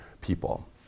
people